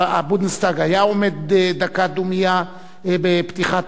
הבונדסטאג היה עומד דקה דומייה בפתיחת